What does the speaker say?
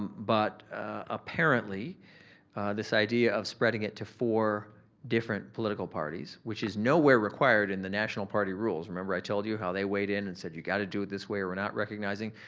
but apparently this idea of spreading it to four different political parties which is nowhere required in the national party rules. remember i told you how they weighed in and said, you gotta do it this way or we're not recognizing.